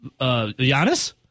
Giannis